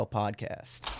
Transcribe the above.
podcast